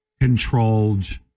controlled